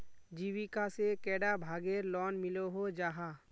जीविका से कैडा भागेर लोन मिलोहो जाहा?